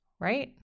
right